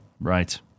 Right